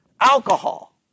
alcohol